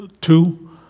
Two